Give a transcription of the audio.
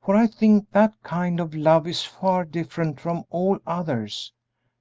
for i think that kind of love is far different from all others